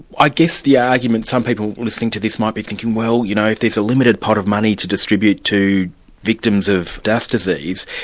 i guess the argument some people listening to this might be thinking, well, you know, if there's a limited pot of money to distribute to victims of dust disease,